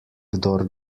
kdor